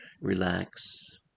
relax